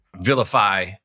vilify